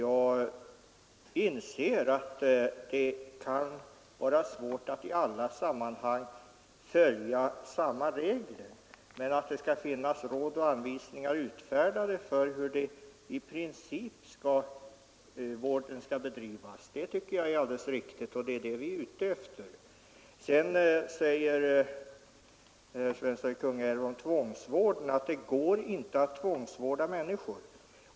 Jag inser att det kan vara svårt att i alla sammanhang följa samma regler, men att det skall finnas råd och anvisningar utfärdade för hur vården i princip skall bedrivas tycker jag är alldeles riktigt, och det är detta vi är ute efter. Sedan sade herr Svensson i Kungälv att det inte går att tvångsvårda människor.